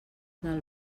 del